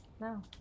No